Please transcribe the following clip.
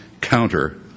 counter